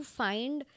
find